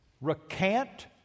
recant